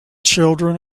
children